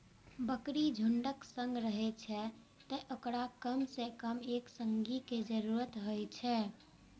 बकरी झुंडक संग रहै छै, तें ओकरा कम सं कम एक संगी के जरूरत होइ छै